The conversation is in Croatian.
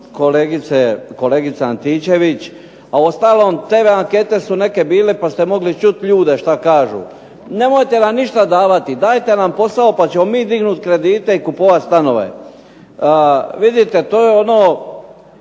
kolegica Antičević. A uostalom, te ankete su neke bile pa ste mogli čuti ljude šta kažu. Nemojte nam ništa davati, dajte nam posao pa ćemo mi dignuti kredite i kupovati stanove. Vidite, to je ono